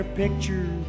picture